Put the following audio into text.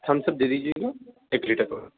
Thums Up دے دیجئے گا ایک لیٹر کا